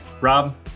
Rob